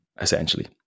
essentially